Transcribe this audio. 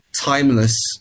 timeless